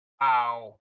wow